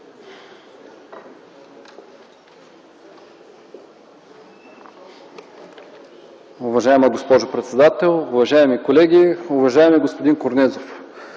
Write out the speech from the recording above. Уважаема госпожо председател, уважаеми колеги, уважаеми господин Корнезов!